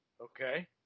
okay